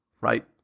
right